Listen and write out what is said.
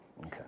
Okay